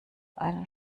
einen